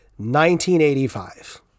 1985